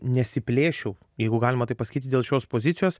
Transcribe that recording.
nesiplėšiau jeigu galima taip pasakyti dėl šios pozicijos